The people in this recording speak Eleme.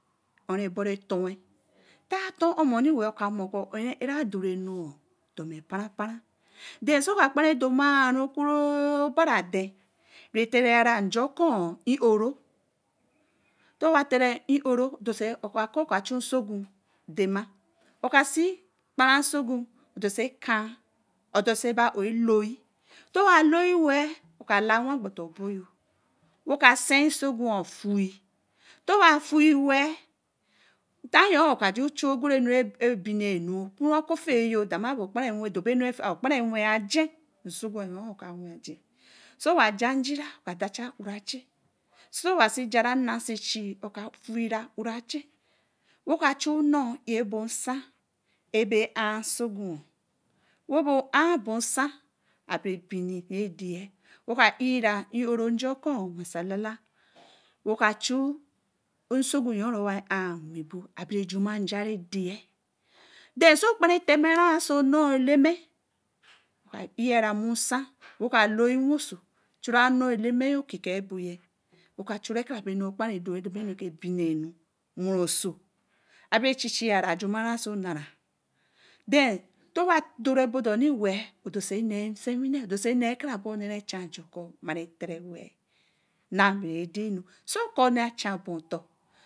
ó re boro fon wey wah ton omom weh áre dore nu ó so ka kparan dorma re só bara den béé tere ayi eja kón o soo wah to wah tere nja okoon é ó ro okaa kóó sogu dana, oka si kparan sogun, odorse kéé, odorse ba o loi towa bi weh oka la wen kpata boyo woka siar sogu wo tue towa wa fue wer tayo oka ju oka chu kereker noon re kpere woso. so wa ja jira oka dacha wu ra ajen, so wa ja Nna oka fuii ra ú ra ajen, weh ka chu nõõr re an sogun wo, wabe an bõõ. Nsa, abere bini re de ye noi ka é ra é õ. Nja kõõn wo so alala, woka chu sogun yon re wabera an wan bare chuma Nje re déé, den so kpara temera so noor Eleme oka ira mu san wo ka loi woso, woka chu noor Eleme kiki eboye woka chu dana non kpara woso ebere chichia jama anu towa dore bodini weh odoso nei sewini yon, odose nei karabo nei re chan ju koo mabare tere non weh na bai re sai nu so koo ne achan chu ju otor